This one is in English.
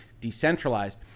decentralized